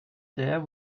there